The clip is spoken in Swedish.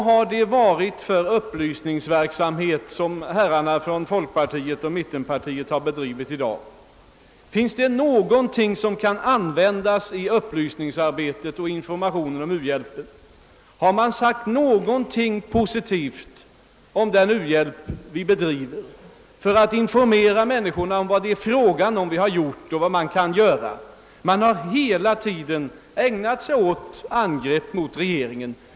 Jag vill fråga: Vad har herrarna från mittenpartierna bedrivit för upplysningsverksamhet i dag? Finns det någonting som kan användas i upplysningsarbetet och i informationen om u-hjälpen? Har man sagt någonting po sitivt om den u-hjälp som vi bedriver för att informera människorna om vad vi har gjort och vad vi kan göra? Nej, man har hela tiden ägnat sig åt angrepp på regeringen.